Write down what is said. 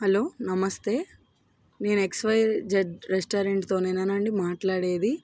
hello namaste నేను X Y Z రెస్టారెంట్తోనేనా అండి మాట్లాడేది